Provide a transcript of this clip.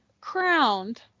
crowned